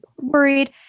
worried